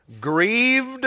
grieved